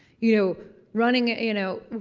you, know running, ah you know,